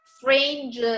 strange